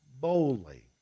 boldly